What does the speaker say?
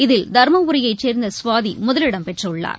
இதில் தருமபுரியைச் சேர்ந்தசுவாதிமுதலிடம் பெற்றுள்ளார்